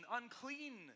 unclean